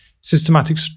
systematic